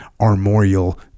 armorial